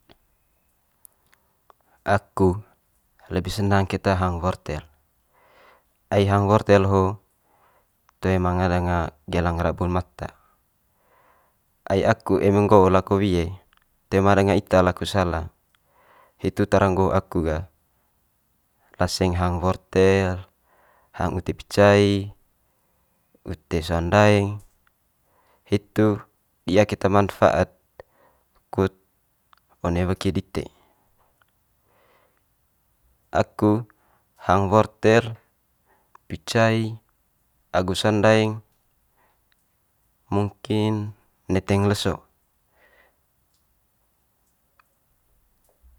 aku lebi senang keta hang wortel ai hang wortel ho toe ma danga gelang rabun mata. Ai aku eme lako le wie toe ma danga ita laku salang, hitu tara nggo aku gah laseng hang wortel, hang ute picai, ute saung ndaeng hitu di'a keta manfaat kut one weki dite. Aku hang wortel picai agu saung ndaeng mungkin neteng leso.